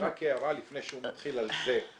-- רק הערה לפני שהוא מתחיל על זה.